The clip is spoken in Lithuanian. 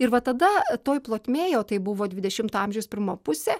ir va tada toj plotmėj o tai buvo dvidešimto amžiaus pirma pusė